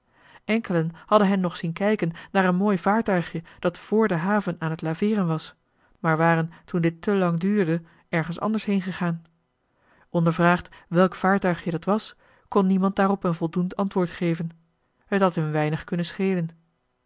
enkelen hadden hen nog zien kijken naar een mooi vaartuigje dat vr de haven aan t laveeren was maar waren toen dit te lang duurde ergens anders heengegaan ondervraagd welk vaartuigje dat was kon niemand daarop een voldoend antwoord geven het had hun weinig kunnen schelen